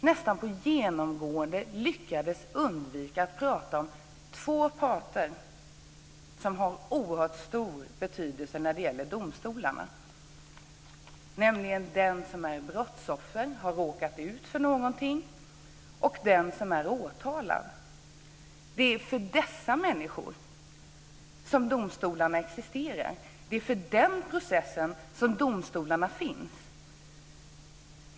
Nästan genomgående lyckades hon undvika att prata om två parter som har en oerhört stor betydelse när det gäller domstolarna, nämligen den som är brottsoffer och som har råkat ut för något och den som är åtalad. Det är för dessa människor som domstolarna existerar. Det är för den processen som domstolarna finns.